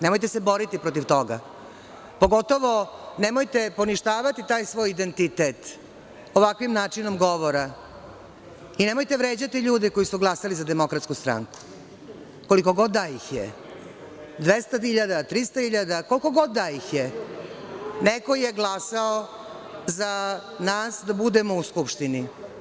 Nemojte se boriti protiv toga, pogotovo nemojte poništavati taj svoj identitet ovakvim načinom govora i nemojte vređati ljude koji su glasali za DS, koliko god da ih je, 200 hiljada, 300 hiljada, koliko god da ih je, neko je glasao za nas da budemo u Skupštini.